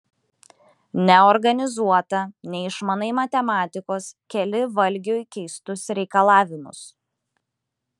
neorganizuota neišmanai matematikos keli valgiui keistus reikalavimus